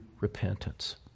repentance